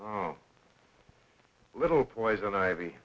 the little poison ivy